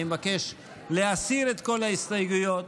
אני מבקש להסיר את כל ההסתייגויות